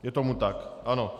Je tomu tak, ano.